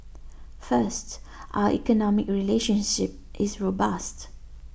first our economic relationship is robust